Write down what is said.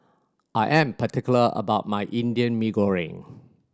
I am particular about my Indian Mee Goreng